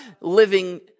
living